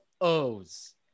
O's